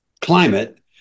climate